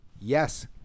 Yes